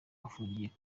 afungiye